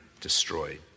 destroyed